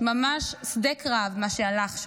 ממש שדה קרב מה שהלך שם.